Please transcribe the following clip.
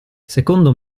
secondo